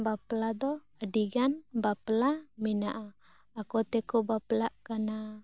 ᱵᱟᱯᱞᱟ ᱫᱚ ᱟ ᱰᱤ ᱜᱟᱱ ᱵᱟᱯᱞᱟ ᱢᱮᱱᱟᱜᱼᱟ ᱟᱠᱚ ᱛᱮᱠᱚ ᱵᱟᱯᱞᱟ ᱠᱟᱱᱟ